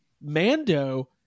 Mando